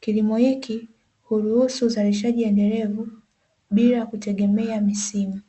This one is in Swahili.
kilimo hiki uruhusu uzalishaji endelevu bila kutegemea misimu.